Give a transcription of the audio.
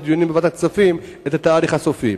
בדיונים בוועדת הכספים את התאריך הסופי.